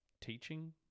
Teaching